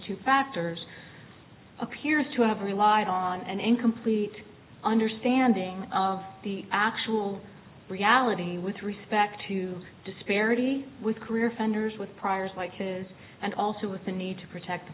two factors appears to have relied on an incomplete understanding of the actual reality with respect to disparity with career offenders with priors like his and also with the need to protect the